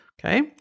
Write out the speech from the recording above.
Okay